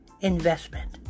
investment